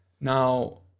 Now